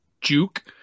Juke